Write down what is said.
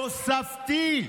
תוספתי,